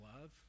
love